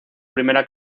primera